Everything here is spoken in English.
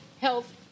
health